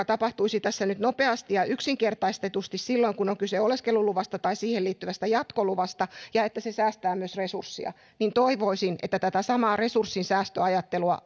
tapahtuisi tässä nyt nopeasti ja yksinkertaistetusti silloin kun on kyse oleskeluluvasta tai siihen liittyvästä jatkoluvasta ja että se säästää myös resursseja niin toivoisin että tätä samaa resurssinsäästöajattelua